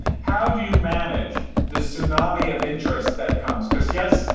how do you manage the tsunami of interest that comes, because yes,